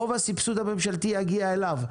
רוב הסבסוד הממשלתי יגיע אליו.